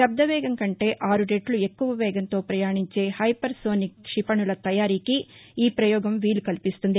శబ్ద వేగం కంటే ఆరు రెట్లు ఎక్కువ వేగంతో ప్రయాణించే హైపర్ సోనిక్ క్షిపణుల తయారీకి ఈ ప్రయోగం వీలు కల్పిస్తుంది